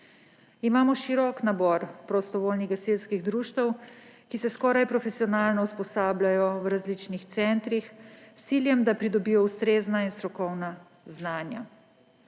Imamo širok nabor prostovoljnih gasilskih društev, ki se skoraj profesionalno usposabljajo v različnih centrih s ciljem, da pridobijo ustrezna in strokovna znanja.